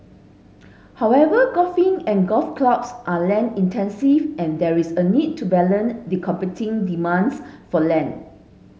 however golfing and golf clubs are land intensive and there is a need to the competing demands for land